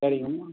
சரிங்க